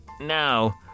now